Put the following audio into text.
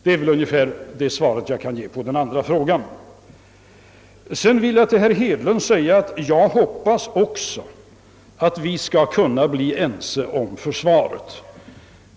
Till herr Hedlund vill jag säga att jag också hoppas att vi skall kunna bli ense om försvaret.